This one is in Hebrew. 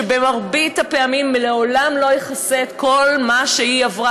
שבמרבית הפעמים לעולם לא יכסה את כל מה שהיא עברה,